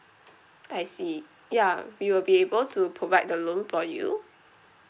I see ya we will be able to provide the loan for you